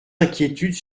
inquiétudes